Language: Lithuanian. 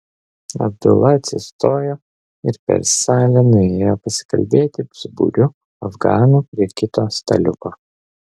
abdula atsistojo ir per salę nuėjo pasikalbėti su būriu afganų prie kito staliuko